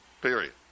Period